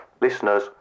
Listeners